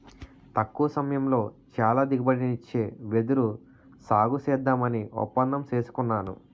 తక్కువ సమయంలో చాలా దిగుబడినిచ్చే వెదురు సాగుసేద్దామని ఒప్పందం సేసుకున్నాను